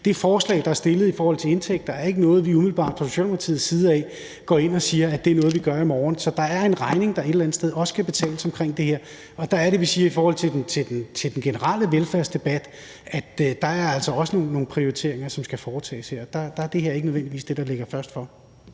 det forslag, der er fremsat i forhold til indtægter, så er det ikke noget, vi umiddelbart fra Socialdemokratiets side går ind og siger vi vil gøre i morgen. Så der er en regning, der et eller andet sted også skal betales i forbindelse med det her. Der er det, at vi i forhold til den generelle velfærdsdebat siger, at der altså også er nogle prioriteringer, som skal foretages her. Der er det her ikke nødvendigvis det, der ligger først for.